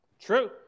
True